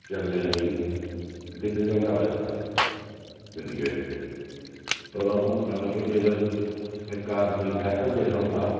चलने लेई डिड्ढ घैंटा लग्गेआ गड्डियै च होर आऊं आखा ना के जेकर इक आदमी गी सैकल देना होंदा